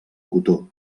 cotó